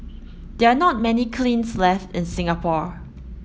there are not many kilns left in Singapore